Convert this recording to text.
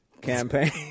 campaign